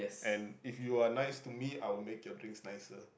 and if you are nice to me I will make your drinks nicer